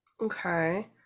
okay